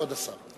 כבוד השר.